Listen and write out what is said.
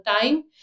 time